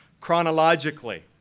chronologically